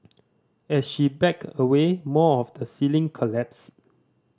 as she backed away more of the ceiling collapsed